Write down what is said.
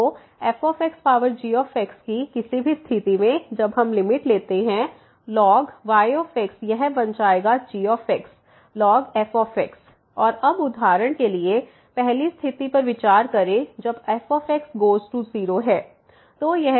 तो f power g किसी भी स्थिति में जब हम लिमिट लेते हैं ln y यह बन जाएगा g ln f और अब उदाहरण के लिए पहली स्थिति पर विचार करें जब f गोज़ टू 0 है